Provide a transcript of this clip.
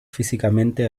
físicamente